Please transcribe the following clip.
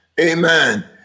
Amen